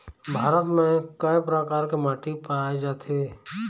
भारत म कय प्रकार के माटी पाए जाथे?